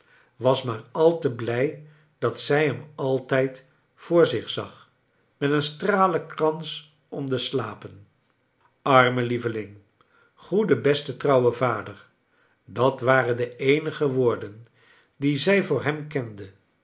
was maar al te blij dat zij hem altijd voor zich zag met een stralenkrans om de slapen arme lieveling goede beste trouwe vader dat waren de eenige woorden die zij voor hem kende